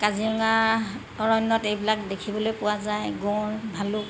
কাজিৰঙা অৰণ্যত এইবিলাক দেখিবলৈ পোৱা যায় গঁড় ভালুক